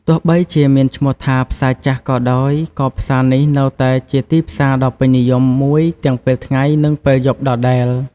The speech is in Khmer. ទោះបីជាមានឈ្មោះថា "ផ្សារចាស់" ក៏ដោយ ក៏ផ្សារនេះនៅតែជាទីផ្សារដ៏ពេញនិយមមួយទាំងពេលថ្ងៃ និងពេលយប់ដដែល។